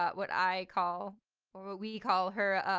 but what i call or what we call her,